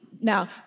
now